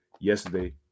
yesterday